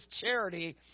charity